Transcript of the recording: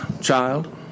child